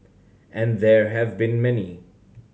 and there have been many